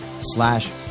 slash